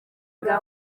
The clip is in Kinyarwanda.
bwa